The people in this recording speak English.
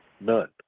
None